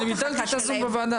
חבר'ה.